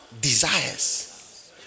desires